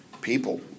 People